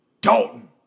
Dalton